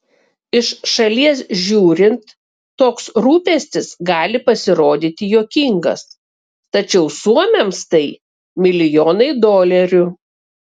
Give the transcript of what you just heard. iš šalies žiūrint toks rūpestis gali pasirodyti juokingas tačiau suomiams tai milijonai dolerių